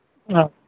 ᱚ